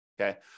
okay